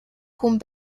хүн